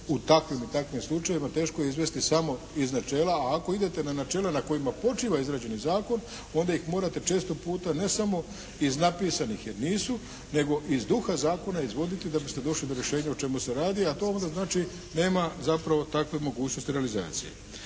u takvim i takvim slučajevima teško izvesti samo iz načela. A ako idete na načela na kojima počiva izrađeni zakon onda ih morate često puta ne samo iz napisanih, jer nisu nego iz duha zakona izvoditi da biste došli do rješenja o čemu se radi. A to onda znači nema zapravo takve mogućnosti realizacije.